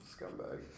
scumbag